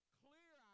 clear